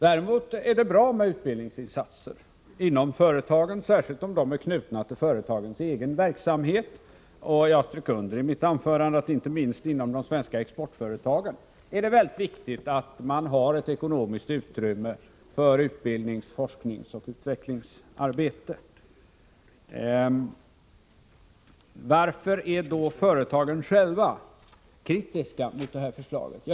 Däremot är det bra med utbildningsinsatser inom företagen, särskilt om de är knutna till företagens egen verksamhet. I mitt anförande strök jag under att det inte minst inom de svenska exportföretagen är väldigt viktigt att ha ett ekonomiskt utrymme för utbildning, forskning och utvecklingsarbete. Varför är då företagen själva kritiska mot detta förslag?